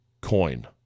coin